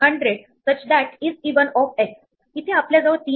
म्हणून add qx म्हणजेच q